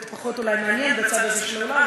אולי פחות מעניין בצד הזה של האולם,